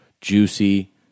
juicy